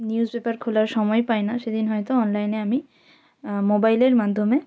news paper খোলার সময় পাই না সেদিন হয়তো অনলাইনে আমি মোবাইলের মাধ্যমে